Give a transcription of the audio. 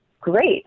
great